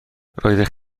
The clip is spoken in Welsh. roeddech